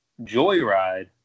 Joyride